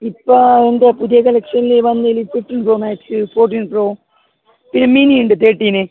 ഇപ്പോൾ എന്താണ് പുതിയ കളക്ഷനിൽ വന്നതിൽ Redmi pro max fourteen pro പിന്നെ മീൻ്റെയുണ്ട് തേർട്ടീൻ